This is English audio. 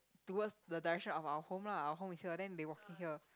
towards the direction of our home lah our home is here then they walk here